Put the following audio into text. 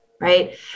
right